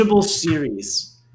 series